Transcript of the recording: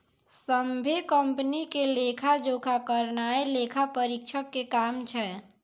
सभ्भे कंपनी के लेखा जोखा करनाय लेखा परीक्षक के काम छै